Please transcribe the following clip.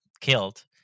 killed